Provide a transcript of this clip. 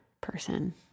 person